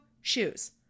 Shoes